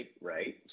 right